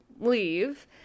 leave